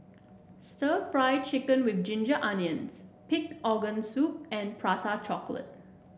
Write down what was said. stir Fry Chicken with Ginger Onions Pig's Organ Soup and Prata Chocolate